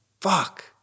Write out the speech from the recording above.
fuck